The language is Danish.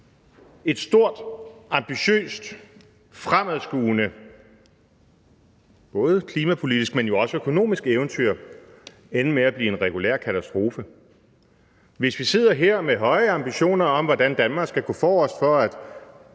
et stort, ambitiøst, fremadskuende – både klimapolitisk, men jo også økonomisk – eventyr, ende med at blive en regulær katastrofe. Hvis vi sidder her med høje ambitioner om, hvordan Danmark skal gå forrest for at